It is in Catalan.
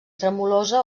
tremolosa